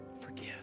Forgive